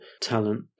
Talent